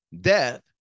death